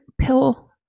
pill